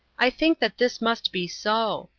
i think that this must be so.